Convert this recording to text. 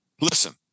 Listen